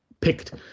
picked